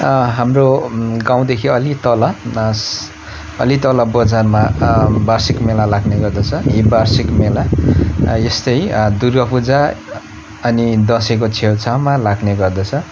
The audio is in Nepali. हाम्रो गाउँदेखि अलि तल अलि तल बजारमा वार्षिक मेला लाग्ने गर्दछ यी वार्षिक मेला यस्तै दुर्गा पूजा अनि दसैँको छेउछाउमा लाग्ने गर्दछ